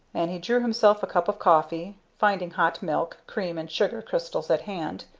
and he drew himself a cup of coffee, finding hot milk, cream and sugar crystals at hand.